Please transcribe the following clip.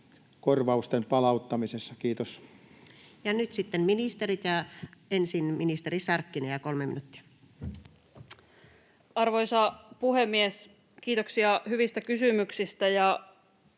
korvausten palauttamisessa? — Kiitos. Ja nyt sitten ministerit. — Ensin ministeri Sarkkinen, 3 minuuttia. Arvoisa puhemies! Kiitoksia hyvistä kysymyksistä